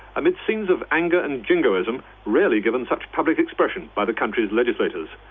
amid scenes of anger and jingoism rarely given such public expression by the country's legislators.